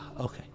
okay